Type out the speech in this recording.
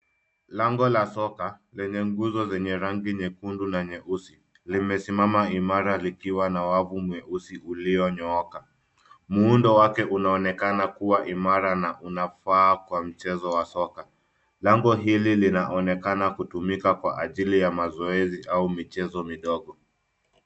Lango la soka lenye nguzo zenye rangi nyekundu na nyeusi limesimama imara likiwa na wavu mweusi ulionyooka. Muundo wake unaonekana kuwa imara na unafaa kwa mchezo wa soka. Lango hili linaonekana kutumika kwa ajili ya mazoezi au michezo midogo.